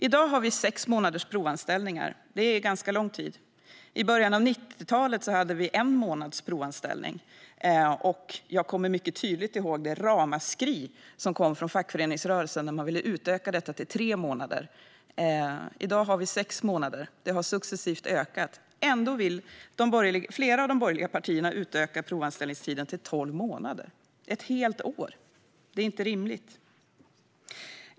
I dag har vi sex månaders provanställningar. Det är lång tid. I början av 90-talet hade vi en månads provanställning. Jag kommer mycket tydligt ihåg det ramaskri som kom från fackföreningsrörelsen när man ville utöka detta till tre månader. I dag har vi sex månaders provanställning, och det har successivt ökat. Ändå vill flera av de borgerliga partierna utöka provanställningstiden till tolv månader - ett helt år. Det är inte rimligt.